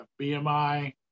BMI